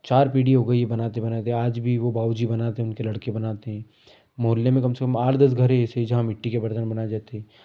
चार पीढी हो गई है बनाते बनाते आज भी वो बाउ जी बनाते हैं उनके लड़के बनाते हैं मोहल्ले में कम से कम आठ दस घर हैं ऐसे जहाँ मिट्टी के बर्तन बनाए जाते हैं